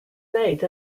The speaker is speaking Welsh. wneud